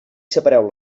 separeu